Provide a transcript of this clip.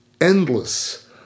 endless